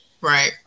right